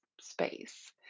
space